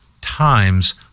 times